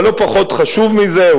אבל לא פחות חשוב מזה,